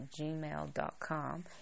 gmail.com